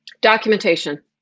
Documentation